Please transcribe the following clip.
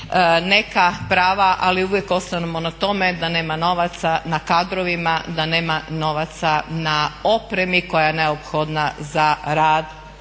neka prava ali uvijek ostanemo na tome da nema novaca na kadrovima, da nema novaca na opremi koja je neophodna za rad